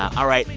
all right,